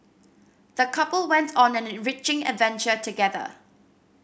the couple went on an enriching adventure together